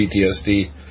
PTSD